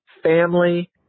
family